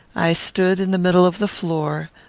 i stood in the middle of the floor,